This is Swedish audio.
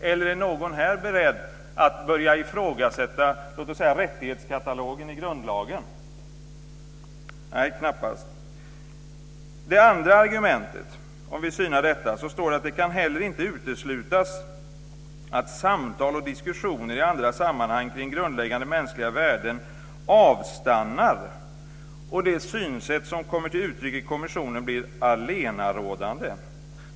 Eller är någon här beredd att börja ifrågasätta rättighetskatalogen i grundlagen? Nej, knappast. I fråga om det andra argumentet, om vi synar detta, står: "Det kan inte heller uteslutas att samtal och diskussioner i andra sammanhang kring grundläggande mänskliga värden avstannar och det synsätt som kommer till uttryck i kommissionen blir allenarådande.